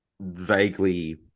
vaguely